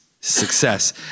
success